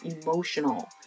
emotional